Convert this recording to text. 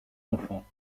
enfants